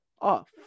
off